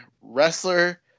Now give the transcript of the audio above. Wrestler